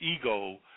ego